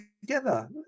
together